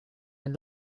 den